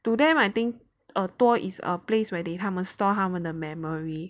to them I think 耳朵 is a place where they 他们 store 他们的 memory